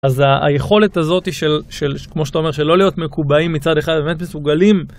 אז היכולת הזאתי של, של, כמו שאתה אומר, של לא להיות מקובעים מצד אחד, באמת מסוגלים.